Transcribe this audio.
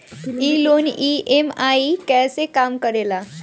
ई loan EMI कईसे काम करेला?